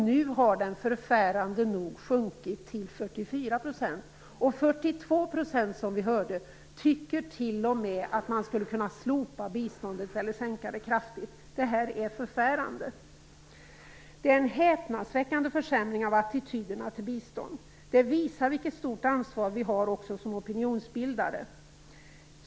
Nu har siffran förfärande nog sjunkit till 44 %, och 42 % av svenska folket tycker, som vi hörde, t.o.m. att man skulle kunna slopa biståndet helt eller sänka det kraftigt. Det är förfärande! Det är en häpnadsväckande försämring av attityderna till bistånd. Det visar vilket stort ansvar vi har också som opinionsbildare.